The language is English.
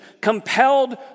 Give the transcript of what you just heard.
compelled